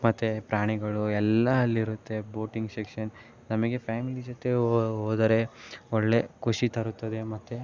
ಮತ್ತು ಪ್ರಾಣಿಗಳು ಎಲ್ಲ ಅಲ್ಲಿರುತ್ತೆ ಬೋಟಿಂಗ್ ಸೆಕ್ಷನ್ ನಮಗೆ ಫ್ಯಾಮಿಲಿ ಜೊತೆ ಹೋದರೆ ಒಳ್ಳೆಯ ಖುಷಿ ತರುತ್ತದೆ ಮತ್ತು